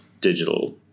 digital